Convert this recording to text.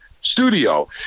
studio